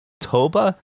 Toba